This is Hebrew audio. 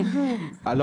זה לא